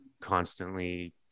constantly